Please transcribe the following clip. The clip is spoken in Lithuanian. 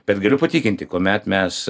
bet galiu patikinti kuomet mes